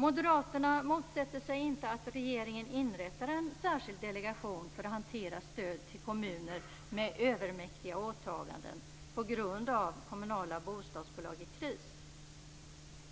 Moderaterna motsätter sig inte att regeringen inrättar en särskild delegation för att hantera stöd till kommuner med övermäktiga åtaganden på grund av kommunala bostadsbolag i kris.